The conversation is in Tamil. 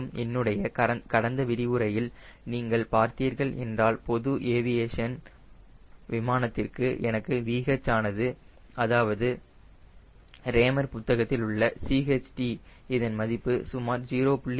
மேலும் என்னுடைய கடந்த விரிவுரையில் நீங்கள் பார்த்தீர்கள் என்றால் பொது ஏவியேஷன்க்கு எனக்கு VH ஆனது அதாவது ரேமர் புத்தகத்தில் உள்ள CHT இதன் மதிப்பு சுமார் 0